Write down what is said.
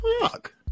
fuck